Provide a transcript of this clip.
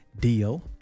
deal